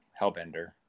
Hellbender